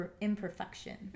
imperfection